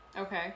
Okay